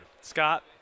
Scott